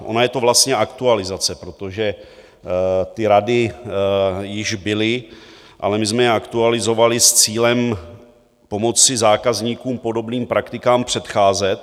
Ona je to vlastně aktualizace, protože ty rady již byly, ale my jsme je aktualizovali s cílem pomoci zákazníkům podobným praktikám předcházet.